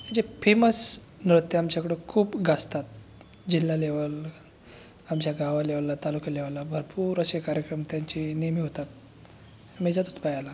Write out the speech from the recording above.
म्हणजे फेमस नृत्य आमच्याकडे खूप गाजतात जिल्हा लेव्हल आमच्या गावालेव्हलला तालुका लेव्हलला भरपूर असे कार्यक्रम त्यांचे नेहमी होतात आम्ही जातोत पाहायला